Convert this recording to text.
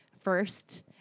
first